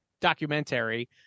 documentary